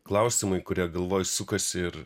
klausimai kurie galvoj sukasi ir